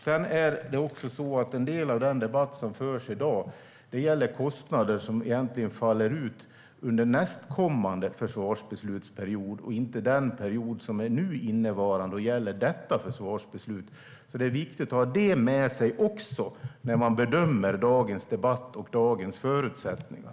Sedan gäller en del av den debatt som förs i dag kostnader som faller ut under nästkommande försvarsbeslutsperiod och inte innevarande period, alltså inte under denna försvarsbeslutsperiod. Det är viktigt att ha det med sig också när man bedömer dagens debatt och dagens förutsättningar.